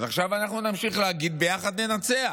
אז עכשיו אנחנו נמשיך להגיד: ביחד ננצח.